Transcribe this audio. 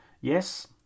Yes